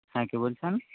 হ্যাঁ কে বলছেন